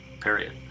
period